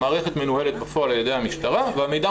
המערכת מנוהלת בפועל על ידי המשטרה והמידע